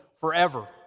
forever